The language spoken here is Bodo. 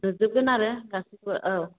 नुजोबगोन आरो गासैखौबो औ